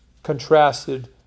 contrasted